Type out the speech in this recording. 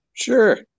Sure